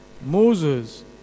Moses